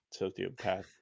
sociopath